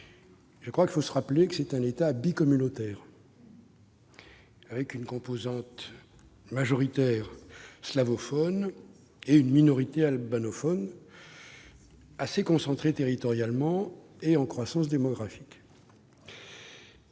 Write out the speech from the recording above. l'esprit qu'il s'agit d'un État bicommunautaire, avec une composante majoritaire slavophone et une minorité albanophone, assez concentrée territorialement et en croissance démographique.